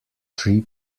three